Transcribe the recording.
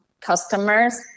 customers